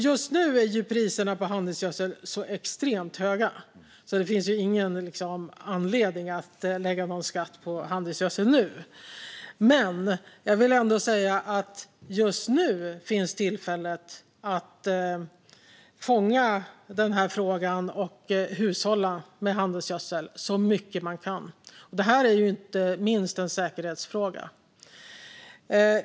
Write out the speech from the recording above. Just nu är ju priserna på handelsgödsel så extremt höga att det inte finns någon anledning att nu lägga någon skatt på handelsgödsel. Men just nu - det vill jag ändå säga - finns tillfället att fånga denna fråga och hushålla med handelsgödsel så mycket man kan. Det är inte minst en säkerhetsfråga.